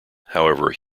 however